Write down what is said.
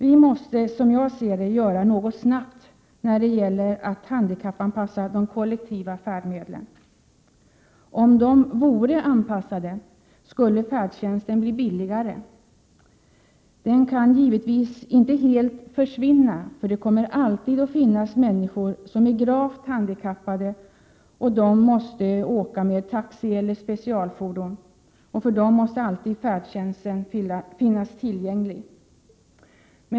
Vi måste enligt min mening snabbt göra något när det gäller att handikappanpassa de kollektiva färdmedlen. Om de vore anpassade, skulle färdtjänsten bli billigare. Den kan givetvis inte helt försvinna, för det kommer alltid att finnas människor som är gravt handikappade och måste åka med taxi eller specialfordon. För dem måste färdtjänsten alltid finnas tillgänglig.